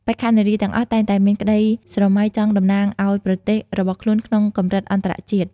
បេក្ខនារីទាំងអស់តែងតែមានក្តីស្រមៃចង់តំណាងឲ្យប្រទេសរបស់ខ្លួនក្នុងកម្រិតអន្តរជាតិ។